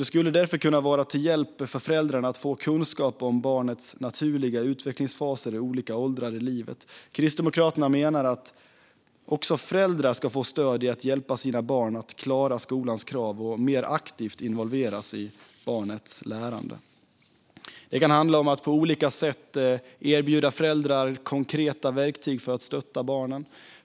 Det skulle därför kunna vara till hjälp för föräldrarna att få kunskap om barnets naturliga utvecklingsfaser i olika åldrar i livet. Kristdemokraterna menar också att föräldrar ska få stöd i att hjälpa sina barn att klara skolans krav och mer aktivt involveras i barnets lärande. Det kan handla om att på olika sätt erbjuda föräldrar konkreta verktyg för att stötta barnen.